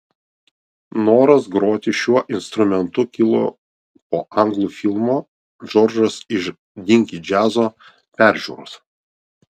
noras groti šiuo instrumentu kilo po anglų filmo džordžas iš dinki džiazo peržiūros